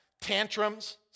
tantrums